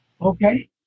okay